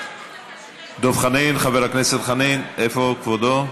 דב חנין, חבר הכנסת חנין, איפה כבודו?